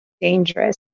dangerous